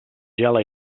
gela